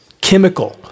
chemical